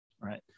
Right